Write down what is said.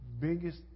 biggest